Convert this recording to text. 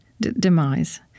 demise